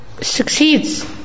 succeeds